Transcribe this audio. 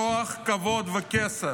כוח, כבוד וכסף.